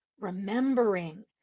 remembering